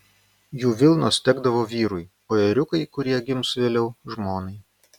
jų vilnos tekdavo vyrui o ėriukai kurie gims vėliau žmonai